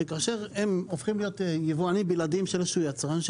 שכאשר הם הולכים להיות יבואנים בלעדיים של איזשהו יצרן,